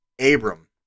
Abram